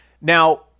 Now